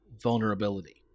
vulnerability